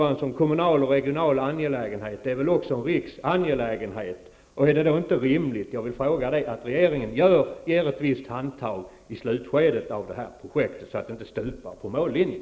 En kommunal och regional angelägenhet är väl också en riksangelägenhet, Olof Johansson, och är det då inte rimligt att regeringen ger ett visst handtag i slutskedet av detta projekt, så att det inte stupar på mållinjen?